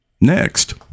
Next